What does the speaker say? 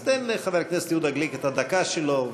אז תן לחבר הכנסת יהודה גליק את הדקה שלו.